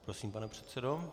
Prosím, pane předsedo.